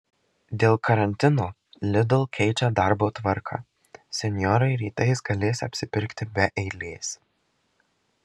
dėl karantino lidl keičia darbo tvarką senjorai rytais galės apsipirkti be eilės